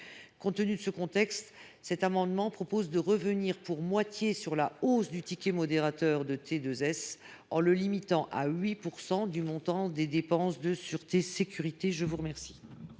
Compte tenu de ce contexte, cet amendement vise à revenir pour moitié sur cette hausse du ticket modérateur du T2S, en le limitant à 8 % du montant des dépenses de sûreté sécurité. L’amendement